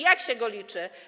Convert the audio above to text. Jak się go liczy?